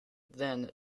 than